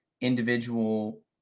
individual